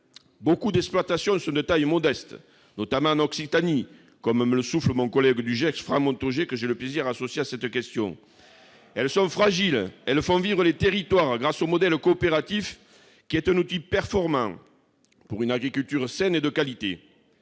Beaucoup d'exploitations sont de taille modeste, notamment en Occitanie, comme me le souffle mon collègue du Gers, Franck Montaugé, que j'ai plaisir à associer à cette question. Elles sont fragiles, mais elles font vivre les territoires, le modèle coopératif étant un outil performant pour une agriculture saine et de qualité.